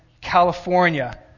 California